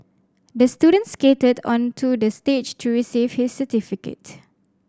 the student skated onto the stage to receive his certificate